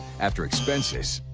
after expenses,